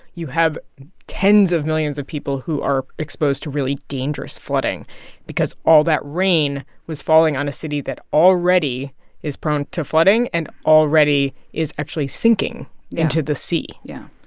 you have tens of millions of people who are exposed to really dangerous flooding because all that rain was falling on a city that already is prone to flooding and already is actually sinking into the sea yeah.